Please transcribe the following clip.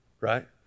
right